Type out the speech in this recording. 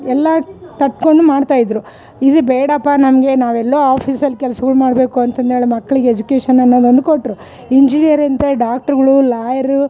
ಎಲ್ಲ ತಡ್ಕೊಂಡು ಮಾಡ್ತಾಯಿದ್ದರು ಇದು ಬೇಡಪ್ಪ ನಮಗೆ ನಾವೆಲ್ಲೋ ಆಫೀಸಲ್ಲಿ ಕೆಲ್ಸ್ಗಳು ಮಾಡಬೇಕು ಅಂತಂದು ಹೇಳಿ ಮಕ್ಳಿಗೆ ಎಜುಕೇಶನ್ ಅನ್ನೋದೊಂದು ಕೊಟ್ಟರು ಇಂಜಿನಿಯರ್ ಅಂತೆ ಡಾಕ್ಟರ್ಗಳು ಲಾಯರು